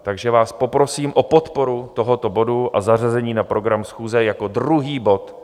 Takže vás poprosím o podporu tohoto bodu a zařazení na program schůze jako druhý bod.